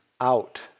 out